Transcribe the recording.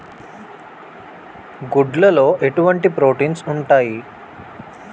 గుడ్లు లో ఎటువంటి ప్రోటీన్స్ ఉంటాయి?